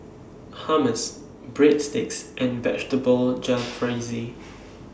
Hummus Breadsticks and Vegetable Jalfrezi